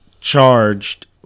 charged